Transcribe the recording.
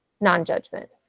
non-judgment